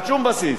על שום בסיס.